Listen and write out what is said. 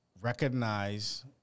recognize